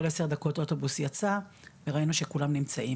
כל עשר דקות אוטובוס יצא וראינו שכולם נמצאים.